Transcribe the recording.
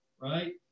right